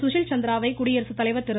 சுஷில் சந்திராவை குடியரசு தலைவர் திரு